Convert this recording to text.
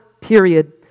period